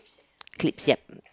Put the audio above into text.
clips yup